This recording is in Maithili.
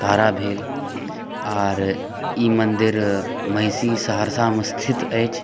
तारा भेल आर ई मन्दिर महिषी सहरसामे स्थित अछि